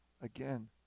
again